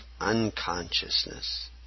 unconsciousness